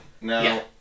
Now